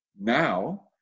now